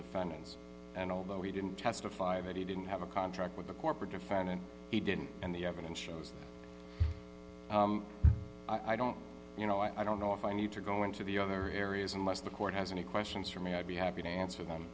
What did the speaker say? findings and although we didn't testify that he didn't have a contract with the corporate defendant he didn't and the evidence shows i don't you know i don't know if i need to go into the other areas unless the court has any questions for me i'd be happy to answer them